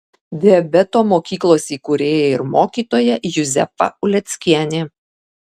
diabeto mokyklos įkūrėja ir mokytoja juzefa uleckienė